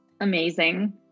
Amazing